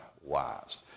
wise